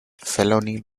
felony